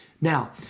Now